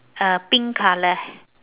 uh pink colour ha~